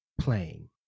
playing